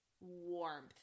warmth